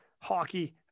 hockey